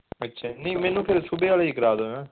ਅੱਛਾ ਨਹੀਂ ਮੈਨੂੰ ਫਿਰ ਸੁਬੇ ਵਾਲਾ ਹੀ ਕਰਾ ਦੋ ਨਾ